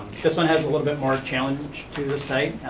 this one has a little bit more challenge to the site,